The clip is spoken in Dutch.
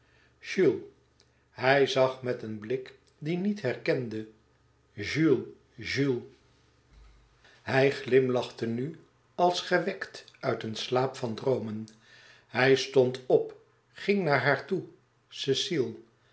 hij zag met een blik die niet herkende jules jules hij glimlachte nu als gewekt uit een slaap van droomen hij stond op ging naar haar toe cecile